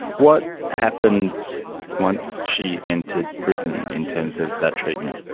what happened once she entered prison in terms of that treatment?